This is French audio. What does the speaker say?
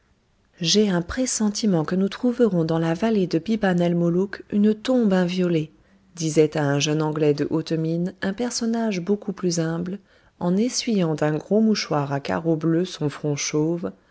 j'ai un pressentiment que nous trouverons dans la vallée de biban el molouk une tombe inviolée disait à un jeune anglais de haute mine un personnage beaucoup plus humble en essuyant d'un gros mouchoir à carreaux bleus son front chauve